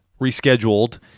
rescheduled